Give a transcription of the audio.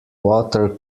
water